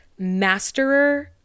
masterer